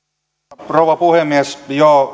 arvoisa rouva puhemies